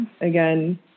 again